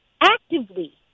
actively